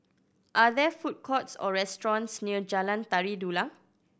are there food courts or restaurants near Jalan Tari Dulang